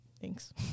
thanks